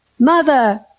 Mother